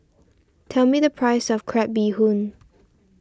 tell me the price of Crab Bee Hoon